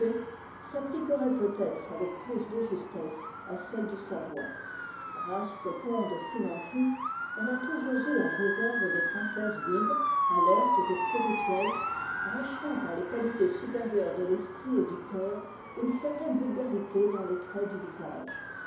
s'appliquerait peut-être avec plus de justesse à colle de savoie race féconde s'il en fut elle a toujours eu en réserve des princesses vives alertes et spirituelles rachetant par les qualités supérieures de l'esprit et du cœur une certaine vulgarité dans les traits du visage